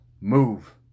move